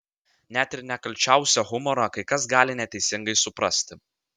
net ir nekalčiausią humorą kai kas gali neteisingai suprasti